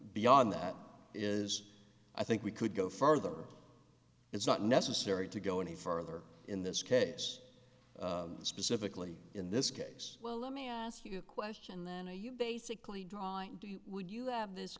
beyond that is i think we could go farther it's not necessary to go any further in this case specifically in this case well let me ask you a question then to you basically drawing to you would you have this